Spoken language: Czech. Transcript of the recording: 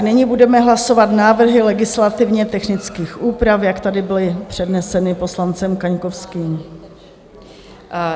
Nyní budeme hlasovat návrhy legislativně technických úprav, jak tady byly předneseny poslancem Kaňkovským.